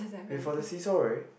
before than this story